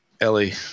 Ellie